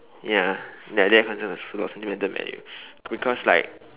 ya that that is considered as sentimental value because like